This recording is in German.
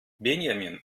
benjamin